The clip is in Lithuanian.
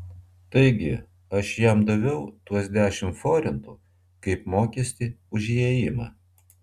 taigi aš jam daviau tuos dešimt forintų kaip mokestį už įėjimą